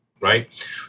Right